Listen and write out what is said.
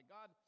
God